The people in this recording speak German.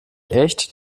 echt